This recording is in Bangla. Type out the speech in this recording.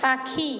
পাখি